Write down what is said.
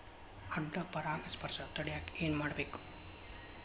ಅಡ್ಡ ಪರಾಗಸ್ಪರ್ಶ ತಡ್ಯಾಕ ಏನ್ ಮಾಡ್ಬೇಕ್?